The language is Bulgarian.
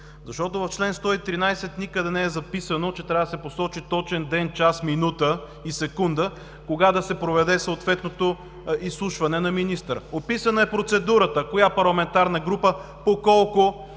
Защото в чл. 113 никъде не е записано, че трябва да се посочи точен ден, час, минута и секунда кога да се проведе съответното изслушване на министъра. Описана е процедурата – коя парламентарна група по колко